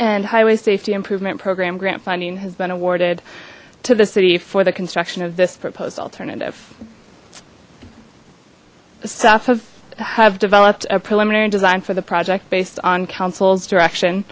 and highway safety improvement program grant funding has been awarded to the city for the construction of this proposed alternative staff have have developed a preliminary design for the project based on councils direction